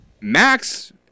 Max